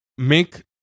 Make